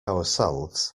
ourselves